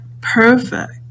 perfect